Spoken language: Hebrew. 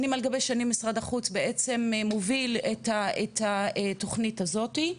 שנים על גבי שנים משרד החוץ בעצם מוביל את התוכנית הזאתי.